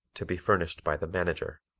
to be furnished by the manager.